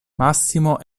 massimo